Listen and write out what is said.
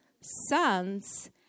sons